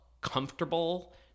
comfortable